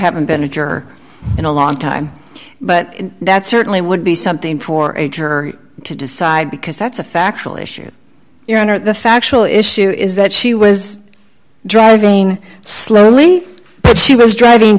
haven't a juror in a long time but that certainly would be something for a jury to decide because that's a factual issue your honor the factual issue is that she was driving slowly but she was driving